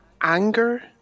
anger